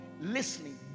listening